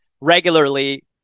regularly